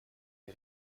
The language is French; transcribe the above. est